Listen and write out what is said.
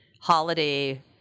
holiday